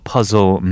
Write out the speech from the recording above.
Puzzle